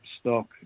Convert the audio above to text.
stock